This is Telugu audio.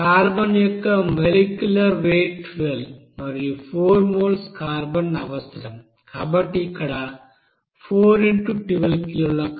కార్బన్ యొక్క మొలిక్యూలర్ వెయిట్ 12 మరియు 4 మోల్స్ కార్బన్ అవసరం కాబట్టి ఇక్కడ 4x12 కిలోల కార్బన్ అవసరం